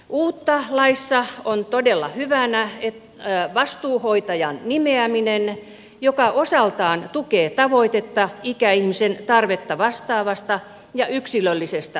uutta laissa on todella hyvänä asiana vastuuhoitajan nimeäminen joka osaltaan tukee tavoitetta ikäihmisen tarvetta vastaavasta ja yksilöllisestä hoidosta